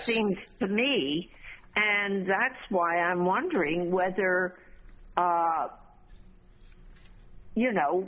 seems to me and that's why i am wondering whether you know